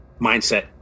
mindset